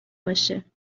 باشه